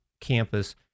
campus